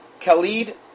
Khalid